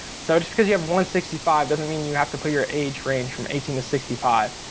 so just because you have one sixty five, doesn't mean you have to put your age range from eighteen to sixty five.